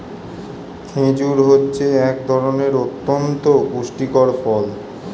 খেজুর হচ্ছে এক ধরনের অতন্ত পুষ্টিকর ফল